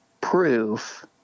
proof